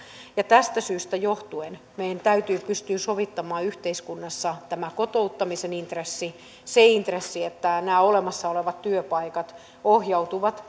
tästä syystä johtuen meidän täytyy pystyä sovittamaan yhteiskunnassa tämä kotouttamisen intressi se intressi että nämä olemassa olevat työpaikat ohjautuvat